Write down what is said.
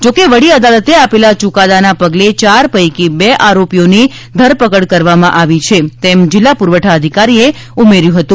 જો કે વડી અદાલતે આપેલા યૂકાદાના પગલે ચાર પૈકી બે આરોપીઓની ધરપકડ કરવામાં આવી છે તેમ જિલ્લા પુરવઠા અધિકારીએ ઉમેર્યું હતું